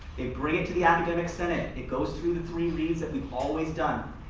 they bring it to the academic senate, it goes through the three reads that we've always done.